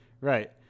right